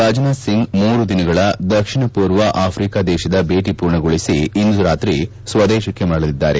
ರಾಜನಾಥ್ ಸಿಂಗ್ ಮೂರು ದಿನಗಳ ದಕ್ಷಿಣ ಪೂರ್ವ ಆಫ್ರಿಕಾ ದೇಶದ ಭೇಟ ಪೂರ್ಣಗೊಳಿಸಿ ಇಂದು ರಾತ್ರಿ ಸ್ವದೇಶಕ್ಕೆ ಮರಳಲಿದ್ದಾರೆ